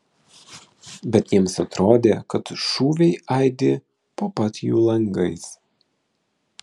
bet jiems atrodė kad šūviai aidi po pat jų langais